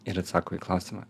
ir atsako į klausimą